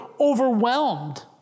overwhelmed